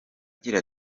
agira